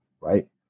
right